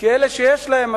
כי אלה שיש להם,